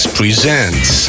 presents